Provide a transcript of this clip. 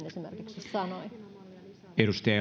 esimerkiksi edustaja